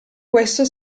questo